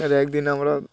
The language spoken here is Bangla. আর একদিন আমরা